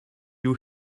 you